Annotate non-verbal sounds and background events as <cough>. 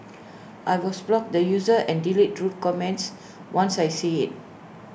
I will <unintelligible> block the user and delete rude comments once I see IT